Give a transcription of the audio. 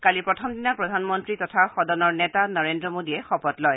কালি প্ৰথম দিনা প্ৰধানমন্তী তথা সদনৰ নেতা নৰেন্দ্ৰ মোদীয়ে প্ৰথমে শপত লয়